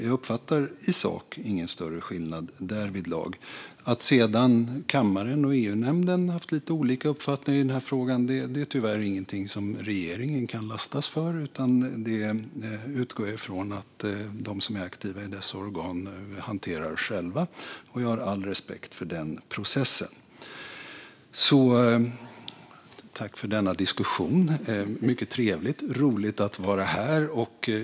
Jag uppfattar i sak ingen större skillnad därvidlag. Att sedan kammaren och EU-nämnden haft lite olika uppfattningar i den här frågan är tyvärr inget som regeringen kan lastas för, utan det utgår jag från att de som är aktiva i dessa organ hanterar själva. Jag har all respekt för den processen. Tack för denna diskussion! Det var mycket trevligt och roligt att vara här.